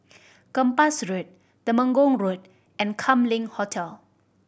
Kempas Road Temenggong Road and Kam Leng Hotel